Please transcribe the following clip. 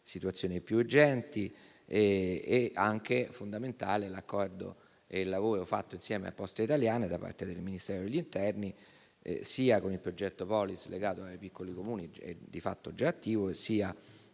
situazioni più urgenti. Sono altresì fondamentali l'accordo e il lavoro fatto insieme a Poste Italiane da parte del Ministero dell'interno sia con il progetto Polis legato ai piccoli Comuni e di fatto già attivo, sia